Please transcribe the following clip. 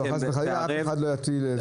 חס וחלילה, אף אחד לא יטיח.